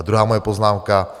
Druhá moje poznámka.